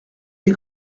des